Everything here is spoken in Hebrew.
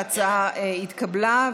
ההצעה התקבלה,